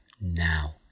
now